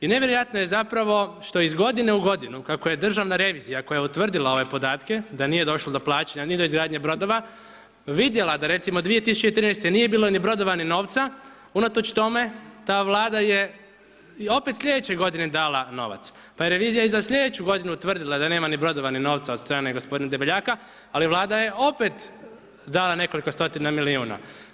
I nevjerojatno je zapravo što iz godine u godinu kako je državna revizija koja je utvrdila u ove podatke da nije došlo do plaćanja ni do izgradnje brodova vidjela da recimo 2013. nije bilo ni brodova ni novca, unatoč tome ta Vlada je i opet sljedeće godine dala novac pa je revizija i za sljedeću godinu utvrdila da nema ni brodova ni novca od strane gospodina Debeljaka ali Vlada je opet dala nekoliko stotina milijuna.